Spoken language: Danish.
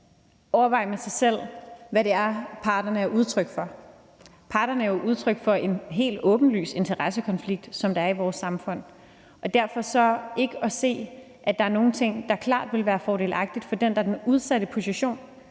overveje med sig selv, hvad parterne er udtryk for. Parterne er jo udtryk for den helt åbenlyse interessekonflikt, der er i vores samfund. I forhold til ikke at se, at der er nogle ting, der klart ville være fordelagtige for den, der er i den udsatte position